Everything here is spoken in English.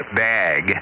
bag